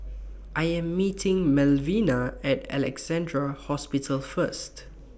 I Am meeting Malvina At Alexandra Hospital First